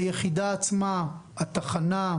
היחידה עצמה, התחנה,